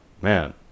Man